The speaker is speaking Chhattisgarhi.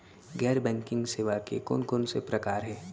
गैर बैंकिंग सेवा के कोन कोन से प्रकार हे?